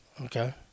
Okay